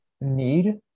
need